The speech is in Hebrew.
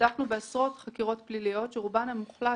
בדקנו בעשרות חקירות פליליות - רובן המוחלט